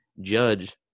judge